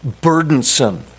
burdensome